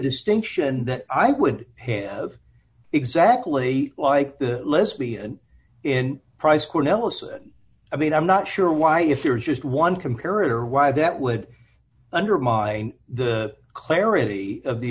distinction that i would have exactly like the lesbian in price cornell so i mean i'm not sure why if there's just one comparative why that would undermine the clarity of the